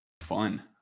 Fun